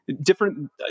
different